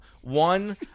one